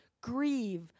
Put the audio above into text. Grieve